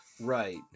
right